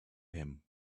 him